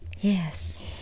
Yes